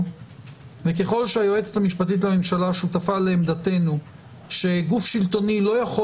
וככל שהיועצת המשפטית לממשלה שותפה לעמדתנו שגוף שלטוני לא יכול